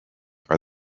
are